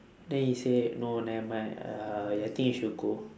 then he say no nevermind ugh I think you should go